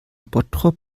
bottrop